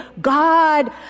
God